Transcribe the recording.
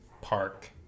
Park